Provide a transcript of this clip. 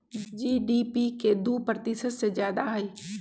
GDP के दु प्रतिशत से जादा हई